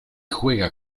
juega